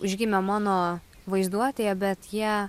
užgimę mano vaizduotėje bet jie